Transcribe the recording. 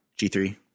G3